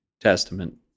testament